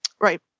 Right